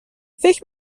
فکر